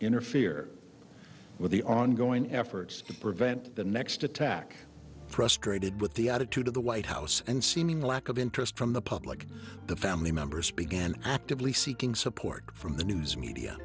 interfere with the ongoing efforts to prevent the next attack frustrated with the attitude of the white house and seeming lack of interest from the public the family members began actively seeking support from the news media